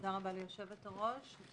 תודה רבה ליושבת הראש.